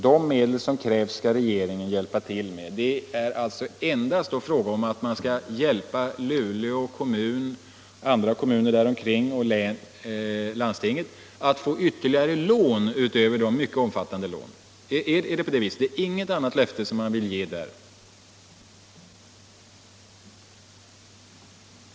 De medel som krävs ska regeringen hjälpa till med.” Det skulle alltså endast vara fråga om att hjälpa Luleå kommun, andra kommuner där omkring och landstinget att få ytterligare lån utöver övriga mycket omfattande sådana. Är det på det viset? Vill man inte ge något annat löfte i det sammanhanget?